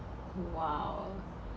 !wow!